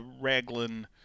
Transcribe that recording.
Raglan